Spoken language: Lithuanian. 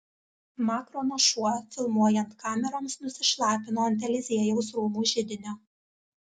makrono šuo filmuojant kameroms nusišlapino ant eliziejaus rūmų židinio